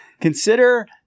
Consider